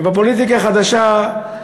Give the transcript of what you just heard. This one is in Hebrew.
ובפוליטיקה החדשה,